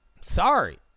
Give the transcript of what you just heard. Sorry